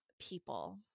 people